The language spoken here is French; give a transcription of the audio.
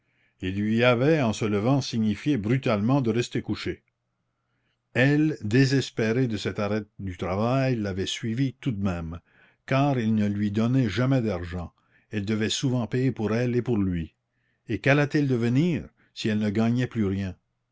il lui avait en se levant signifié brutalement de rester couchée elle désespérée de cet arrêt du travail l'avait suivi tout de même car il ne lui donnait jamais d'argent elle devait souvent payer pour elle et pour lui et quallait elle devenir si elle ne gagnait plus rien